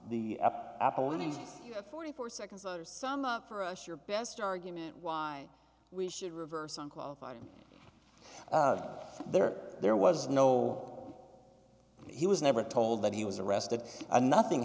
the apple in these forty four seconds are some up for us your best argument why we should reverse on qualifying there there was no he was never told that he was arrested and nothing